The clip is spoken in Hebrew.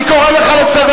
אני לא מסכים,